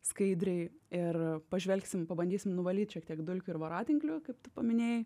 skaidriai ir pažvelgsim pabandysim nuvalyt šiek tiek dulkių ir voratinklių tu paminėjai